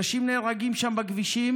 אנשים נהרגים שם בכבישים,